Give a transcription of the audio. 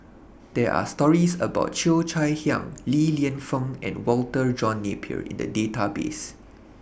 There Are stories about Cheo Chai Hiang Li Lienfung and Walter John Napier in The Database